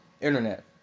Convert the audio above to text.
Internet